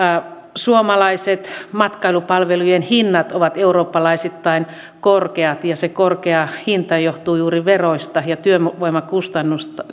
suomalaiset matkailupalvelujen hinnat ovat eurooppalaisittain korkeat ja se korkea hinta johtuu juuri veroista ja työvoimakustannuksista